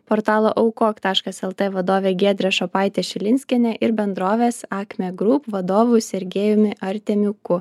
portalo aukok taškas lt vadove giedre šopaite šilinskiene ir bendrovės akme grūp vadovu sergėjumi artemiuku